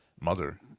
mother